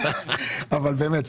באמת,